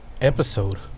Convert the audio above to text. episode